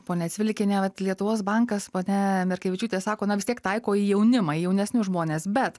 ponia cvilikiene vat lietuvos bankas ponia merkevičiūtė sako na vis tiek taiko į jaunimą į jaunesnius žmones bet